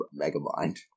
Megamind